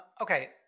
Okay